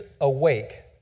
awake